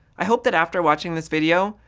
i hope that after watching this video,